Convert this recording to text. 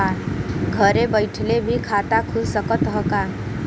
घरे बइठले भी खाता खुल सकत ह का?